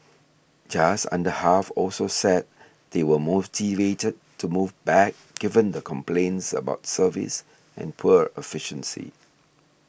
just under half also said they were motivated to move back given the complaints about service and poor efficiency